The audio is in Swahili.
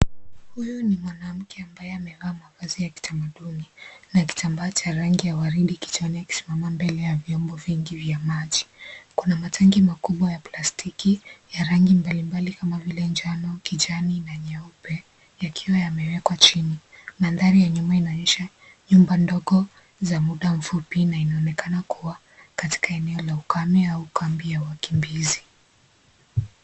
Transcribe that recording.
Huyu ni mwanamke ambaye amevaa mavazi ya kitaaduni na kitambaa cha rangi ya waridi kichwani akismama mbele ya vyombo vingi vya maji, kuna matangi makubwa ya plastiki ya rangi mbali mbali kama vile, njano kijani na nyeupe, yakiwa yamewejwa chini, manthari ya nyuma inaonyesha, nyumba ndogo za muda mfupi na inaonekana kuwa, katika eneo la ukame au kambi ya wakimbizi.